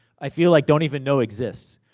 i feel like don't even know exists.